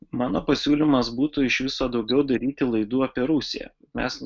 mano pasiūlymas būtų iš viso daugiau daryti laidų apie rusiją mes